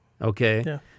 okay